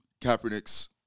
Kaepernick's